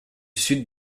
sud